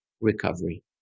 recovery